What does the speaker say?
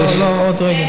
עוד לא, עוד רגע.